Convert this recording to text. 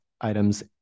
items